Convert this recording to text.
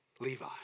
Levi